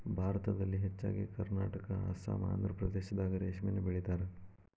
ಭಾರತದಲ್ಲಿ ಹೆಚ್ಚಾಗಿ ಕರ್ನಾಟಕಾ ಅಸ್ಸಾಂ ಆಂದ್ರಪ್ರದೇಶದಾಗ ರೇಶ್ಮಿನ ಬೆಳಿತಾರ